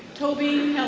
toby